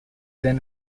then